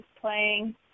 playing